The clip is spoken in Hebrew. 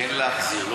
כן להחזיר,